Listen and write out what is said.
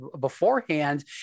beforehand